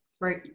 Right